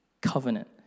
Covenant